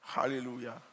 Hallelujah